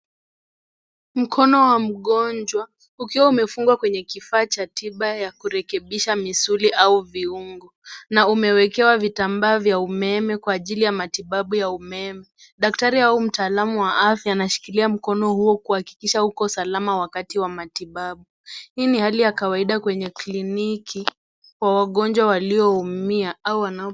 Mkono wa mgonjwa ukiwa umefungwa kwenye kifaa cha tiba ya kurekebisha misuli au viungo na umewekewa vitambaa vya umeme kwa ajili ya matibabu ya umeme. Daktari au mtaalamu wa afya anashikilia mkono huo kuhakikisha uko salama wakati wa matibabu hii ni hali ya kawaida kwenye kliniki kwa wagonjwa walioumia au wanao... .